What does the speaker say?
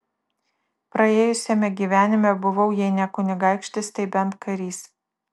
praėjusiame gyvenime buvau jei ne kunigaikštis tai bent karys